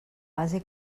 base